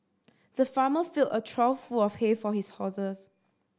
the farmer filled a trough full of hay for his horses